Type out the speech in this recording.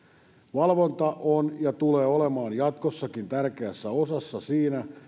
valvonta on ja tulee olemaan jatkossakin tärkeässä osassa siinä